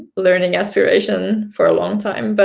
learning aspiration for a long time. but